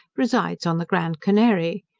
resides on the grand canary.